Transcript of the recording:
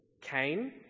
Cain